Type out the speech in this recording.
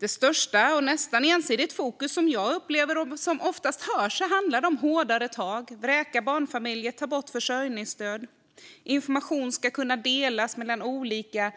Det som oftast hörs är ett starkt och nästan ensidigt fokus på hårdare tag, på att vräka barnfamiljer, på att ta bort försörjningsstöd och på att information ska kunna delas mellan olika